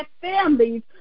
families